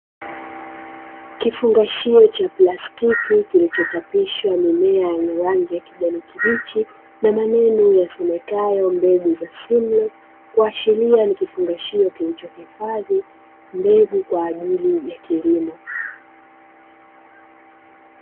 Kifungashio cha plastiki kilichochapishwa mimea yenye rangi ya kijani kibichi na maneno yasomekayo "mbegu za simlin" kuashiria ni kifungashio kilichohifadhi mbegu kwa ajili ya kilimo.